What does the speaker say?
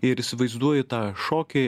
ir įsivaizduoju tą šokį